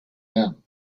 them